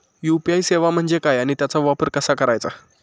UPI सेवा म्हणजे काय आणि त्याचा वापर कसा करायचा?